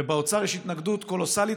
ובמשרד האוצר יש התנגדות קולוסלית.